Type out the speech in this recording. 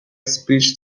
speech